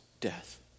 death